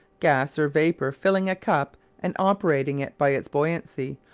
gas or vapour filling a cup and operating it by its buoyancy,